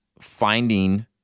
finding